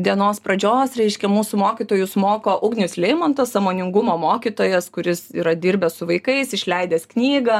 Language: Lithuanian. dienos pradžios reiškia mūsų mokytojus moko ugnius leimontas sąmoningumo mokytojas kuris yra dirbęs su vaikais išleidęs knygą